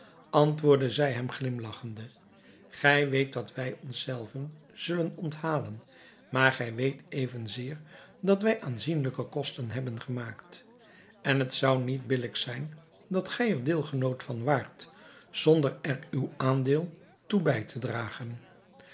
antwoordde zij hem glimlagchende gij weet dat wij ons zelven zullen onthalen maar gij weet evenzeer dat wij aanzienlijke kosten hebben gemaakt en het zou niet billijk zijn dat gij er deelgenoot van waart zonder er uw aandeel toe bij te dragen